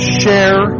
share